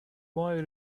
boy